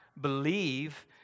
believe